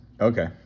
Okay